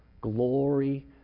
Glory